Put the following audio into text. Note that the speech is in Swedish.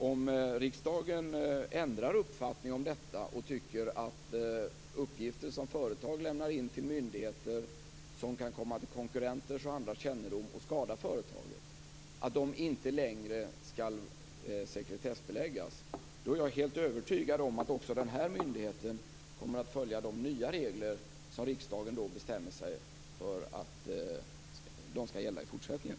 Om riksdagen ändrar uppfattning om detta och tycker att de uppgifter som företag har lämnat till myndigheter och som kan komma till konkurrenters och andras kännedom och skada företaget inte längre skall sekretessbeläggas, är jag helt övertygad om att också den här myndigheten kommer att följa de nya regler som riksdagen då bestämmer sig för skall gälla i fortsättningen.